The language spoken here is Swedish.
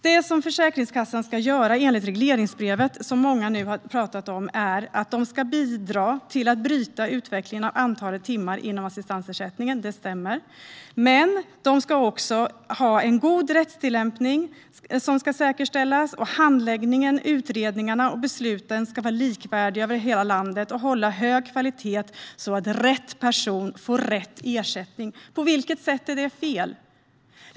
Det stämmer att Försäkringskassan enligt regleringsbrevet, som många nu har tagit upp, ska bidra till att bryta utvecklingen av antalet timmar inom assistansersättningen. Men den ska också säkerställa en god rättstillämpning. Handläggning, utredningar och beslut ska vara likvärdiga över hela landet och hålla hög kvalitet så att rätt person får rätt ersättning. På vilket sätt är detta fel?